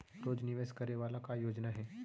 रोज निवेश करे वाला का योजना हे?